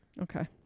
Okay